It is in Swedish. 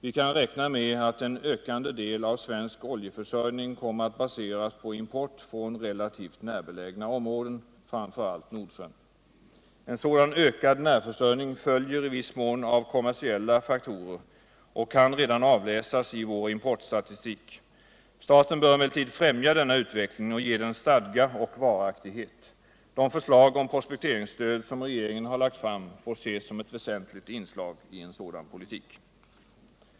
Vi kan räkna med att en ökande del av svensk oljeförsörjning kommer att baseras på import från relativt närbelägna områden, framför allt Nordsjön. En sådan ökad närförsörjning följer i viss mån kommersiella faktorer och kan redan avläsas i vår importstatistik. Staten bör emellertid främja denna utveckling och ge den stadga och varaktighet. De förslag om prospekteringsstöd som regeringen har lagt fram får ses som ett väsentligt inslag i en sådan politik.